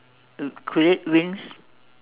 create wings